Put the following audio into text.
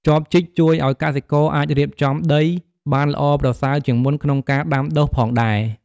ចបជីក ជួយឱ្យកសិករអាចរៀបចំដីបានល្អប្រសើរជាងមុនក្នុងការដាំដុះផងដែរ។